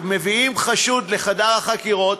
מביאים חשוד לחדר החקירות,